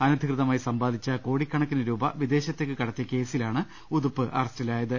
അനധികൃതമായി സമ്പാദിച്ച കോടിക്കണക്കിനു രൂപ വിദേ ശത്തേക്കു കടത്തിയ കേസിലാണ് ഉതുപ്പ് അറസ്റ്റിലായത്